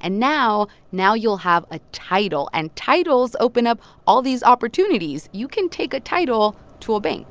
and now now you'll have a title. and titles open up all these opportunities. you can take a title to a bank